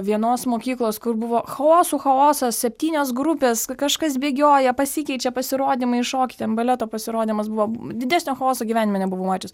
vienos mokyklos kur buvo chaosų chaosas septynios grupės kažkas bėgioja pasikeičia pasirodymai šokiai ten baleto pasirodymas buvo didesnio chaoso gyvenime nebuvau mačius